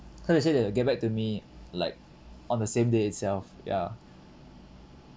cause they say that they'll get back to me like on the same day itself ya